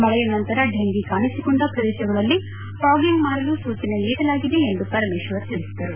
ಮಳೆ ನಂತರ ಡೆಂಘೀ ಕಾಣಿಸಿಕೊಂಡ ಪ್ರದೇಶಗಳಲ್ಲಿ ಪಾಗಿಂಗ್ ಮಾಡಲು ಸೂಚನೆ ನೀಡಲಾಗಿದೆ ಎಂದು ಪರಮೇಶ್ವರ್ ತಿಳಿಸಿದರು